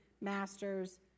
masters